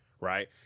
right